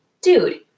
dude